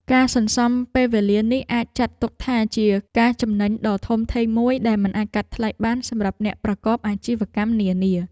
ការសន្សំពេលវេលានេះអាចចាត់ទុកថាជាការចំណេញដ៏ធំធេងមួយដែលមិនអាចកាត់ថ្លៃបានសម្រាប់អ្នកប្រកបអាជីវកម្មនានា។